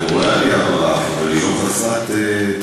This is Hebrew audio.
אני רואה עלייה ברף, אבל היא לא חסרת תקדים.